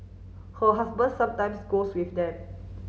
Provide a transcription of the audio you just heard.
her husband sometimes goes with them